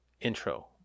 intro